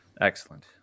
excellent